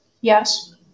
Yes